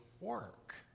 work